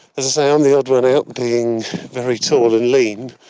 say, i'm the odd one out being very tall and lean,